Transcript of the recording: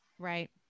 Right